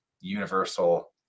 universal